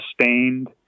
sustained